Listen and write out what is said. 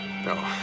No